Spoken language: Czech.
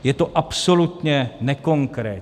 Je to absolutně nekonkrétní.